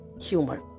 humor